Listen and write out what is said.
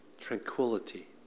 Tranquility